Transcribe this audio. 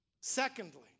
Secondly